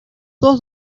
dos